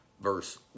verse